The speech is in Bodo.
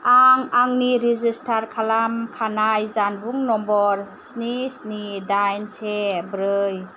आं आंनि रेजिस्टार खालामखानाय जानबुं नम्बर स्नि स्नि दाइन से ब्रै